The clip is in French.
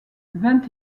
vingt